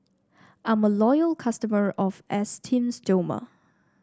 I'm a loyal customer of Esteem Stoma